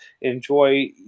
enjoy